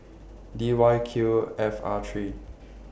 D Y Q F R three